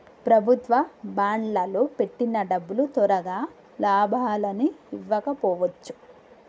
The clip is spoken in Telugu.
ప్రభుత్వ బాండ్లల్లో పెట్టిన డబ్బులు తొరగా లాభాలని ఇవ్వకపోవచ్చు